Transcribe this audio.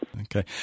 Okay